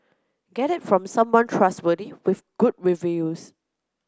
get it from someone trustworthy with good reviews